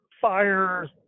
fire